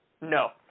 no